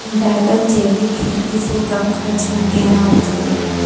बैंगन जैविक खेती से कम खर्च मे कैना उपजते?